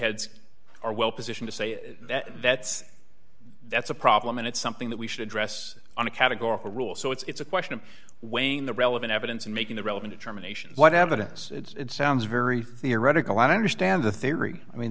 heads are well positioned to say that that's that's a problem and it's something that we should address on a categorical rule so it's a question of weighing the relevant evidence and making the relevant terminations what evidence it's sounds very theoretical i don't understand the theory i mean